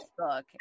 Facebook